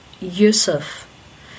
Yusuf